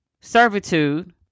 servitude